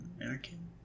American